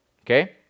Okay